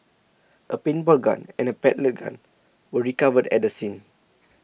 a paintball gun and pellet gun were recovered at the scene